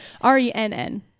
r-e-n-n